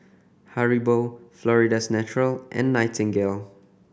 Haribo Florida's Natural and Nightingale